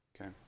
Okay